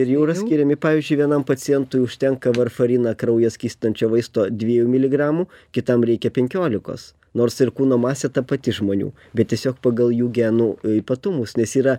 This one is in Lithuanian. ir jau yra skiriami pavyzdžiui vienam pacientui užtenka varfariną kraują skystinančio vaisto dviejų miligramų kitam reikia penkiolikos nors ir kūno masė ta pati žmonių bet tiesiog pagal jų genų ypatumus nes yra